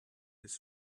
his